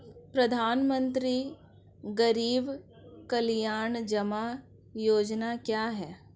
प्रधानमंत्री गरीब कल्याण जमा योजना क्या है?